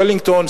בוולינגטון,